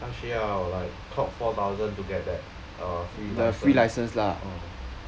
他需要 like clock four thousand to get that uh free license uh